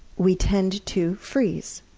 we tend to freeze,